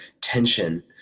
tension